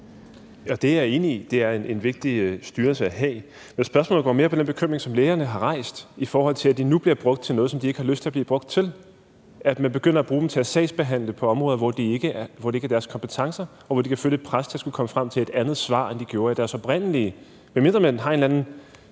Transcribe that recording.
en vigtig styrelse at have. Mit spørgsmål går mere på den bekymring, som lægerne har rejst, i forhold til at de nu bliver brugt til noget, som de ikke har lyst til at blive brugt til, nemlig at man begynder at bruge dem til at sagsbehandle på områder, som ikke er deres kompetenceområde, og hvor de kan føle et pres til at skulle komme frem med et andet svar, end man gjorde i det oprindelige svar. Medmindre man har en eller anden